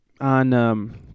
on